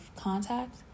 contact